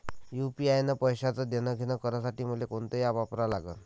UPI न पैशाचं देणंघेणं करासाठी मले कोनते ॲप वापरा लागन?